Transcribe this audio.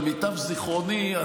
למיטב זיכרוני,